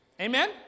Amen